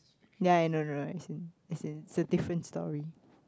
ya no no no as in as in it's a different story